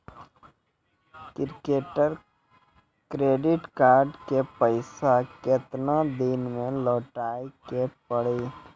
Credit card के पैसा केतना दिन मे लौटाए के पड़ी?